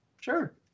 Sure